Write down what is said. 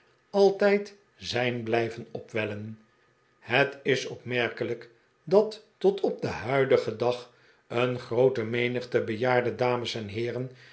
altijd zijn blijven opwellen het is opmerkelijk dat tot op den huidigen dag een groote menigte bejaarde dames en heeren